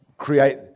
create